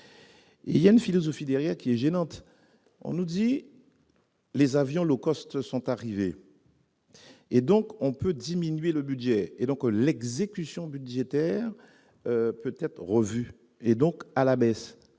il y a une philosophie derrière qui est gênante, on nous dit les avions low-cost sont arrivés. Et donc on peut diminuer le budget et donc l'exécution budgétaire peut-être revu et donc à la baisse